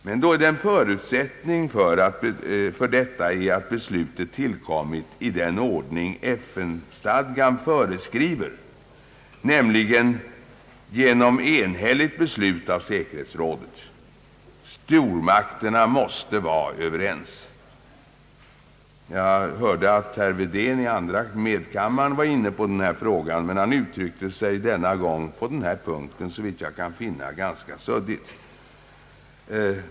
Men en förutsättning är att beslutet tillkommit i den ordning som FN-stadgan föreskriver, nämligen genom ett enhälligt beslut av säkerhetsrådet — stormakterna måste vara överens. Jag lyssnade till herr Wedén som i andra kammaren var inne på denna fråga, men han uttryckte sig denna gång såvitt jag kan finna ganska suddigt.